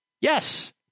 Yes